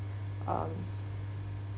um